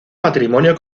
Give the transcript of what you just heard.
matrimonio